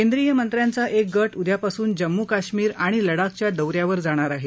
केंद्रीय मंत्र्यांचा एक गाउद्यापासून जम्मू कश्मीर आणि लडाखच्या दौ यावर जाणार आहे